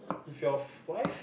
if your wife